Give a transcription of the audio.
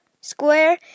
square